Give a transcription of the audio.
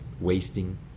wasting